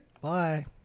Bye